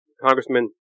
Congressman